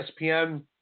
ESPN